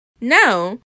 Now